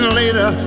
later